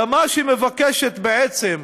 אלא מה שמבקשת, בעצם,